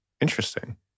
Interesting